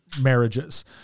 marriages